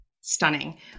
stunning